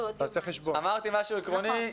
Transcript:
אמרתי משהו עקרוני,